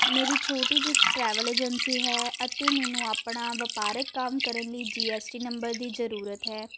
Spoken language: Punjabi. ਮੇਰੀ ਛੋਟੀ ਜਿਹੀ ਟਰੈਵਲ ਏਜੰਸੀ ਹੈ ਅੱਧੀ ਮੈਨੂੰ ਆਪਣਾ ਵਪਾਰਕ ਕੰਮ ਕਰਨ ਲਈ ਜੀਐਸਟੀ ਨੰਬਰ ਦੀ ਜ਼ਰੂਰਤ ਹੈ